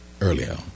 earlier